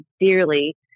dearly